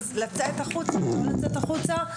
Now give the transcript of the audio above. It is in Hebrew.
האם לצאת החוצה או לא לצאת החוצה.